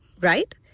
right